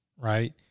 right